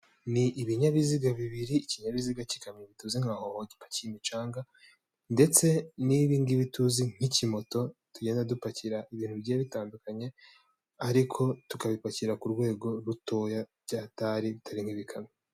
Ni ibinyabiziga bibiri ikinyabiziga kikamyo tuzi nka hoho gipakira imicanga ndetse n'ibingibi tuzi nk'ikimoto tugenda dupakira ibintu bigiye bitandukanye ariko tukabipakira ku rwego rutoya byahatari bitari nk'ibikanamyo.